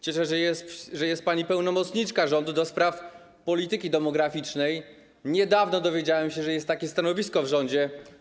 Cieszę się, że jest pani pełnomocniczka rządu do spraw polityki demograficznej, niedawno dowiedziałem się, że od 2 lat jest takie stanowisko w rządzie.